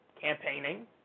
campaigning